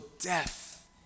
death